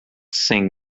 sing